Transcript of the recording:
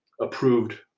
approved